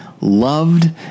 loved